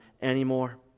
anymore